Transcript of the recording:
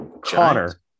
Connor